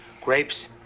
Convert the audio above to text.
grapes